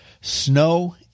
Snow